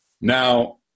Now